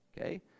Okay